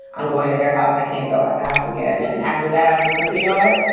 i'm going to their house i can't go out the house again. and after that, i was just like, you know what?